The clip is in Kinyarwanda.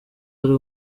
ari